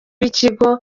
w’ikigo